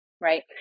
Right